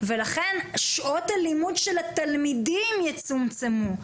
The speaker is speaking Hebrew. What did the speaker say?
ולכן שעות הלימוד של התלמידים יצומצמו,